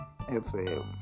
FM